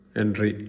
entry